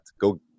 Go